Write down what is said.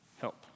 help